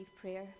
prayer